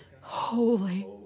Holy